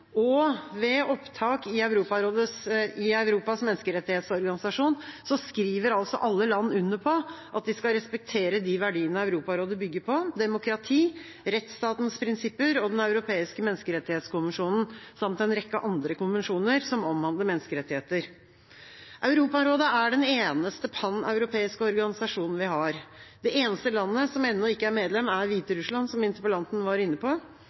2001. Ved opptak i Europas menneskerettighetsorganisasjon skriver alle land under på at de skal respektere de verdiene Europarådet bygger på – demokrati, rettsstatens prinsipper og Den europeiske menneskerettighetskonvensjonen, samt en rekke andre konvensjoner som omhandler menneskerettigheter. Europarådet er den eneste paneuropeiske organisasjonen vi har. Det eneste landet som ennå ikke er medlem, er Hviterussland, som interpellanten var inne på.